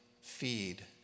feed